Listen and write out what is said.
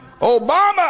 Obama